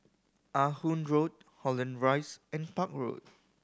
Ah Hood Road Holland Rise and Park Road